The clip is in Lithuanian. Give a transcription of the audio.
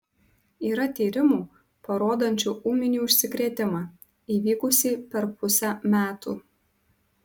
yra tyrimų parodančių ūminį užsikrėtimą įvykusį per pusę metų